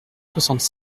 soixante